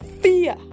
fear